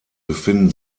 befinden